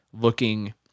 looking